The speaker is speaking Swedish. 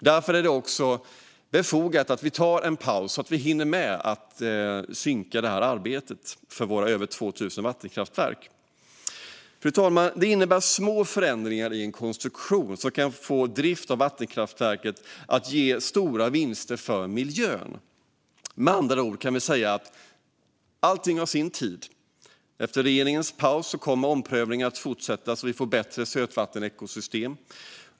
Därför är det också befogat att vi tar en paus så att vi hinner med att synka arbetet för våra över 2 000 vattenkraftverk. Fru talman! Detta handlar om små konstruktionsförändringar så att driften av vattenkraftverk kan ge stora vinster för miljön. Med andra ord kan vi säga att allting har sin tid. Efter regeringens paus kommer omprövningarna att fortsätta så att vi får bättre sötvattenekosystem.